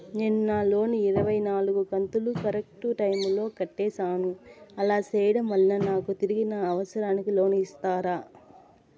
నేను నా లోను ఇరవై నాలుగు కంతులు కరెక్టు టైము లో కట్టేసాను, అలా సేయడం వలన నాకు తిరిగి నా అవసరానికి లోను ఇస్తారా?